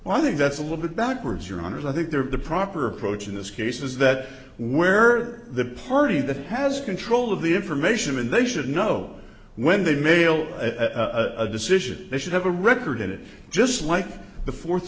rule i think that's a little bit backwards your honour's i think they're the proper approach in this case is that where the party that has control of the information and they should know when they mail a decision they should have a record in it just like the fourth